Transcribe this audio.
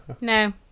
No